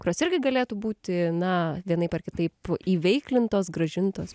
kurios irgi galėtų būti na vienaip ar kitaip įveiklintos grąžintos